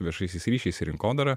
viešaisiais ryšiais ir rinkodara